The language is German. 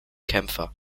kämpfer